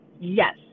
Yes